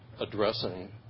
addressing